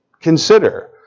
Consider